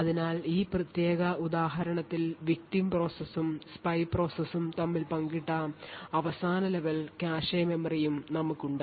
അതിനാൽ ഈ പ്രത്യേക ഉദാഹരണത്തിൽ victim പ്രോസസ്സും സ്പൈ പ്രോസസും തമ്മിൽ പങ്കിട്ട അവസാന ലെവൽ കാഷെ മെമ്മറിയും നമുക്ക് ഉണ്ട്